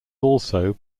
also